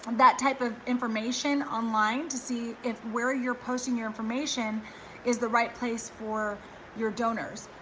that type of information online to see if where you're posting your information is the right place for your donors.